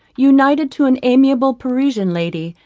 united to an amiable parisian lady,